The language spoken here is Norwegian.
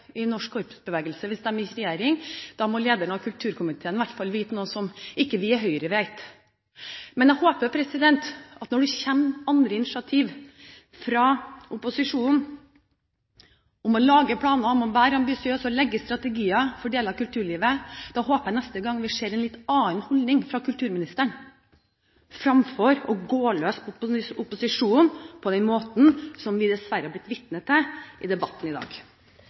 i norsk korpsbevegelse hvis de kommer i regjering. Da må lederen av kulturkomiteen vite noe som ikke vi i Høyre vet. Men jeg håper at neste gang det kommer initiativ fra opposisjonen om å lage planer, om å være ambisiøs og legge strategier for deler av kulturlivet, ser vi en litt annen holdning fra kulturministeren enn at hun går løs på opposisjonen på den måten som vi dessverre har vært vitne til i debatten i dag.